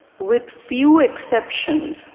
with few exceptions,